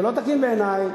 זה לא תקין בעיני.